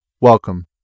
welcome